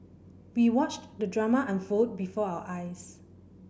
we watched the drama unfold before our eyes